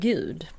Gud